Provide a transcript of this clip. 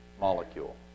molecule